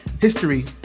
history